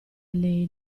lei